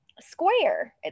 square